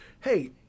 hey